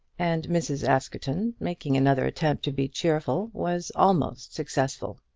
and mrs. askerton, making another attempt to be cheerful, was almost successful.